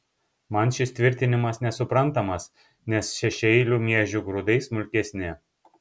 man šis tvirtinimas nesuprantamas nes šešiaeilių miežių grūdai smulkesni